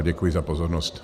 Děkuji za pozornost.